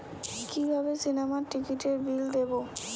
কিভাবে সিনেমার টিকিটের বিল দেবো?